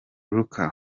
luc